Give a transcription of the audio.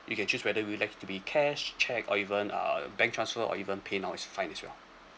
you can choose whether you'd like to be in cash cheque or even uh bank transfer or even paynow is fine as well